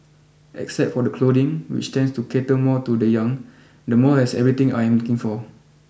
except for the clothing which tends to cater more to the young the mall has everything I am looking for